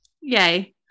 Yay